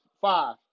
five